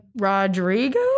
Rodrigo